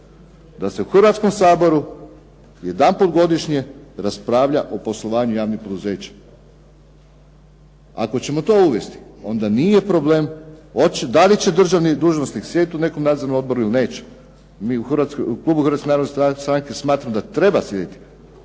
da se u Hrvatskom saboru jedanput godišnje raspravlja o poslovanju javnim poduzećima. Ako ćemo to uvesti, onda nije problem da li će državni dužnosnik sjediti u nekom nadzornom odboru ili neće. Mi u klubu Hrvatske narodne stranke smatramo da treba sjediti,